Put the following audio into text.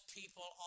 people